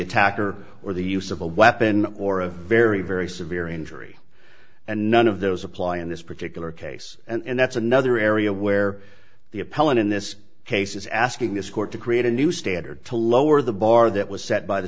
attacker or the use of a weapon or a very very severe injury and none of those apply in this particular case and that's another area where the appellant in this case is asking this court to create a new standard to lower the bar that was set by the